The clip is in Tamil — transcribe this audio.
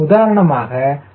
உதாரணமாக 0